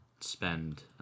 spend